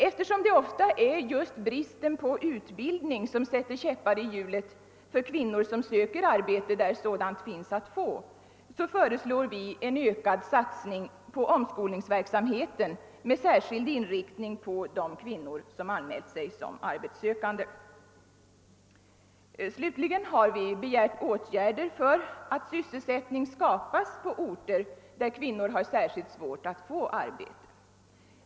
Eftersom det ofta är just bristen på utbildning som sätter käppar i hjulet för kvinnor som söker arbete där sådant finns att få, föreslår vi en ökad satsning på omskolningsverksamheten med särskild inriktning på de kvinnor som anmält sig som arbetssökande. Slutligen har vi begärt åtgärder för att skapa sysselsättning på orter där kvinnor har särskilt svårt att få arbete.